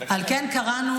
--- על כן קראנו,